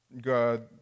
God